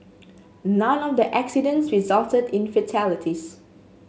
none of the accidents resulted in fatalities